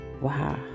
Wow